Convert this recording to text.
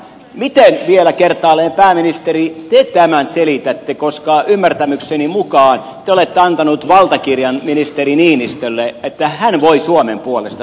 miten vielä kertaalleen pääministeri te tämän selitätte koska ymmärrykseni mukaan te olette antanut valtakirjan ministeri niinistölle että hän voi suomen puolesta tällaisen sopimuksen tehdä